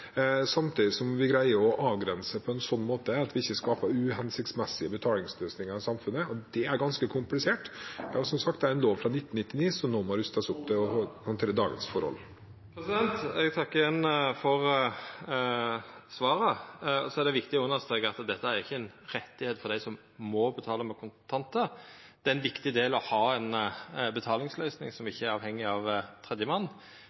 samtidig som vi greier å avgrense det på en slik måte at vi ikke skaper uhensiktsmessige betalingsløsninger i samfunnet. Det er ganske komplisert. Dette er som sagt en lov fra 1999 som nå må rustes opp for å håndtere dagens forhold. Eg takkar igjen for svaret. Det er viktig å understreka at dette ikkje er ein rett for dei som må betala med kontantar. Det er viktig å ha ei betalingsløysing som ikkje er avhengig av tredjemann,